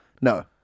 No